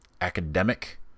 academic